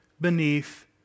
beneath